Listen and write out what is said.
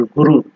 Guru